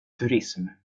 turism